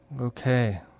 Okay